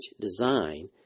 design